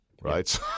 right